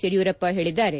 ಯಡಿಯೂರಪ್ಪ ಹೇಳದ್ದಾರೆ